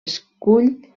escull